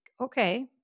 Okay